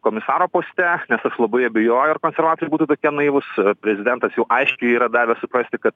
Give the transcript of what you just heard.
komisaro poste nes aš labai abejoju ar konservatoriai būtų tokie naivūs prezidentas jau aiškiai yra davęs suprasti kad